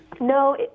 No